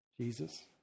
Jesus